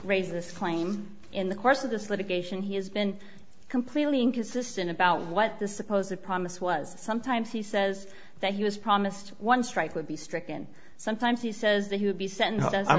raise this claim in the course of this litigation he has been completely inconsistent about what the supposed promise was sometimes he says that he was promised one strike would be stricken sometimes he says that he would be sent